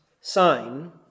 sign